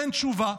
אין תשובה.